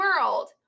world